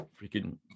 freaking